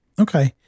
Okay